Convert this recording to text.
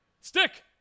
Stick